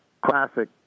Classic